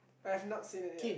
I have not seen it yet